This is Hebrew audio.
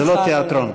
זה לא תיאטרון.